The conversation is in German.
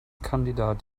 kandidat